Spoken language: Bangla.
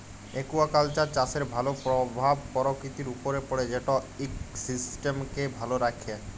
একুয়াকালচার চাষের ভালো পরভাব পরকিতির উপরে পড়ে যেট ইকসিস্টেমকে ভালো রাখ্যে